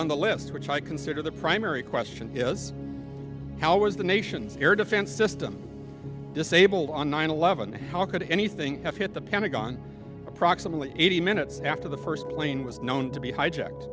on the list which i consider the primary question is how was the nation's air defense system disabled on nine eleven and how could anything have hit the pentagon approximately eighty minutes after the first plane was known to be hijacked